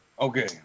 Okay